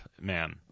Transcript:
man